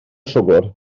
siwgr